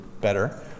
better